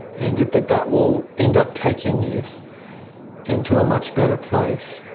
and that that that will end up taking you into a much better place.